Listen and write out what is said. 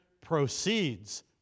proceeds